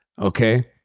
Okay